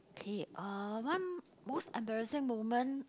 K uh one most embarrassing moment